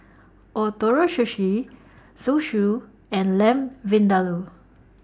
Ootoro Sushi Zosui and Lamb Vindaloo